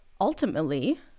Ultimately